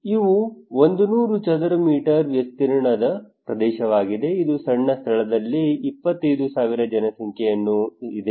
ಇವು 100 ಚದರ ಮೀಟರ್ ವಿಸ್ತೀರ್ಣದ ಪ್ರದೇಶವಾಗಿದೆ ಈ ಸಣ್ಣ ಸ್ಥಳದಲ್ಲಿ 25000 ಜನಸಂಖ್ಯೆ ಇದೆ